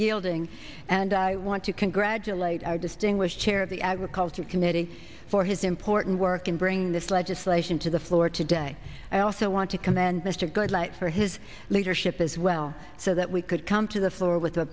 yielding and i want to congratulate our distinguished chair of the agriculture committee for his important work and bring this legislation to the floor today i also want to commend mr good light for his leadership as well so that we could come to the floor with a